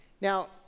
Now